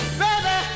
baby